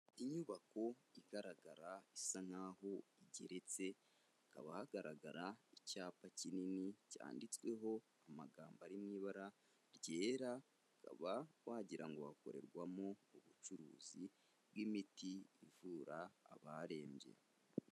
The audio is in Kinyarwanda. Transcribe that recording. Inyubako igaragara isa naho igeretseba hagaragara icyapa kinini cyanditsweho amagambo ari mu ibara ryera uba wagirango ngo hakorerwemo ubucuruzi bw'imiti ivura abarembye.